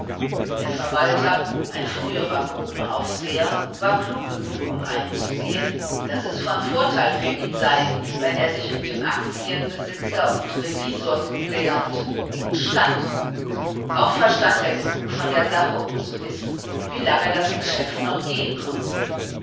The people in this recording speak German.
der verwalter ein früherer grubenaufseher war klug genug um einzusehen daß es von vorteil für ihn sei wenn er sich mit dem aktienbesitzer und revisorsuppleanten gut stand auch verstand er genug von der sache um zu wissen wie lange das geschäft noch gehen konnte